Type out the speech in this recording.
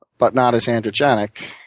but not as androgenic.